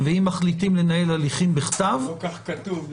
ואם מחליטים לנהל הליכים בכתב --- לא כך כתוב,